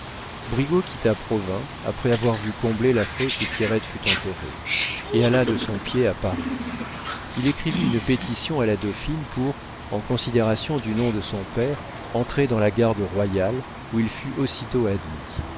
quitta provins après avoir vu combler la fosse où pierrette fut enterrée et alla de son pied à paris il écrivit une pétition à la dauphine pour en considération du nom de son père entrer dans la garde royale où il fut aussitôt admis